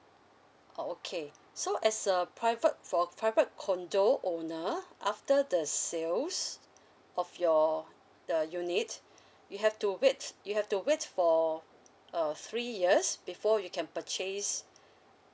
ah okay so as a private for private condo owner after the sales of your the unit you have to wait you have to wait for a three years before you can purchase